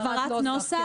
הבהרת נוסח.